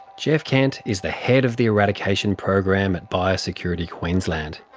geoff kent is the head of the eradication program at biosecurity queensland,